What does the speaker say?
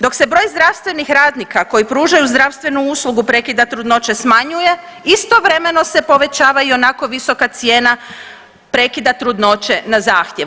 Dok se broj zdravstvenih radnika koji pružaju zdravstvenu uslugu prekida trudnoće smanjuje istovremeno se povećava i onako visoka cijena prekida trudnoće na zahtjev.